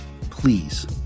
Please